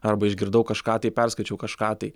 arba išgirdau kažką tai perskaičiau kažką tai